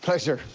pleasure.